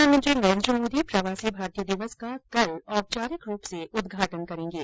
प्रधानमंत्री नरेन्द्र मोदी प्रवासी भारतीय दिवस का कल औपचारिक रूप से उद्घाटन करेंगे